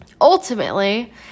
Ultimately